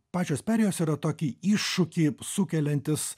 pačios perėjos yra tokį iššūkį sukeliantis